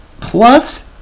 Plus